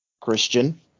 Christian